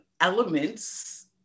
elements